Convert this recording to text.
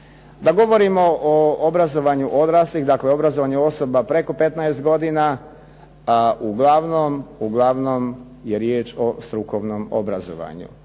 da govorimo o obrazovanju odraslih dakle obrazovanju osoba preko 15 godina, uglavnom je riječ o strukovnom obrazovanju.